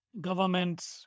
government